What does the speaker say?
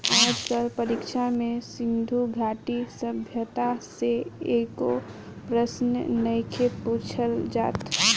आज कल परीक्षा में सिन्धु घाटी सभ्यता से एको प्रशन नइखे पुछल जात